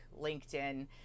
LinkedIn